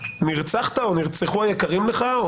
נרצחת או נרצחו היקרים לך,